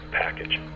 package